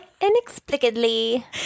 inexplicably